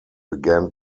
began